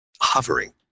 hovering